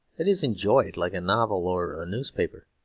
that is enjoyed, like a novel or a newspaper.